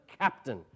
captain